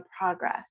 progress